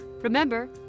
Remember